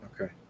Okay